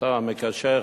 השר המקשר,